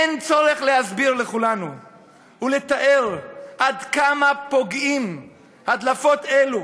אין צורך להסביר לכולנו ולתאר עד כמה פוגעות הדלפות אלו